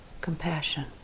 compassion